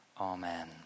Amen